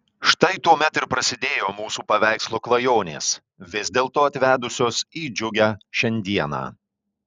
štai tuomet ir prasidėjo mūsų paveikslo klajonės vis dėlto atvedusios į džiugią šiandieną